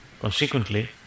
Consequently